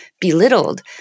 belittled